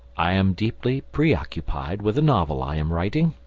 i am deeply preoccupied with a novel i am writing,